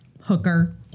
Hooker